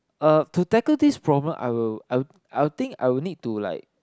uh to tackle this problem I will I will I will think I will need to like